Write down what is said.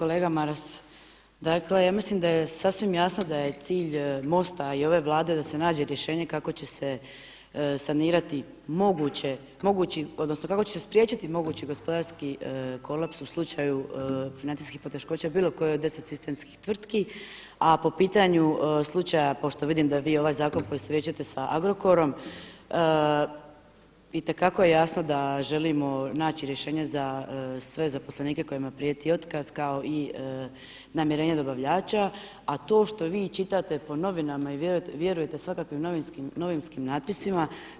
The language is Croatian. Kolega Maras, dakle ja mislim da je sasvim jasno da je cilj MOST-a i ove Vlade da se nađe rješenje kako će se sanirati mogući, odnosno kako će se spriječiti mogući gospodarski kolaps u slučaju financijskih poteškoća bilo koje od deset sistemskih tvrtki a po pitanju slučaja pošto vidim da vi ovaj zakon koji vijećate sa Agrokorom itekako je jasno da želimo naći rješenje za sve zaposlenike kojima prijeti otkaz kao i namirenje dobavljača, a to što vi čitate po novinama i vjerujete svakakvim novinskim natpisima.